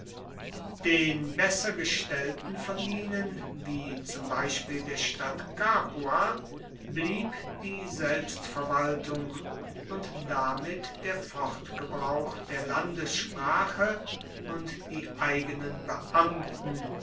den besser gestellten von ihnen wie zum beispiel der stadt capua blieb die selbstverwaltung und damit der fortgebrauch der landessprache und die eigenen beamten